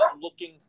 looking